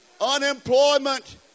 Unemployment